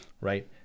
right